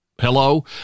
hello